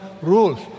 rules